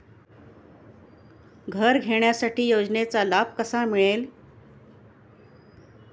घर घेण्यासाठी योजनेचा लाभ कसा मिळेल?